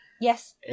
Yes